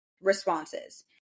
responses